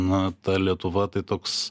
na ta lietuva tai toks